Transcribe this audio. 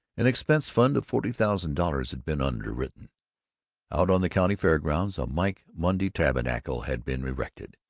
an expense fund of forty thousand dollars had been underwritten out on the county fair grounds a mike monday tabernacle had been erected,